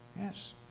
Yes